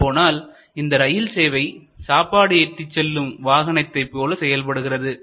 சொல்லப்போனால் இந்த ரயில்சேவை சாப்பாடு ஏற்றிச் செல்லும் வாகனத்தை போல செயல்படுகிறது